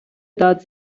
داد